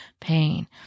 pain